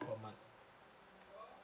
per month